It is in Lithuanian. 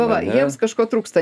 va jiems kažko trūksta